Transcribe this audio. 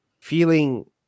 feeling